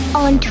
on